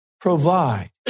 provide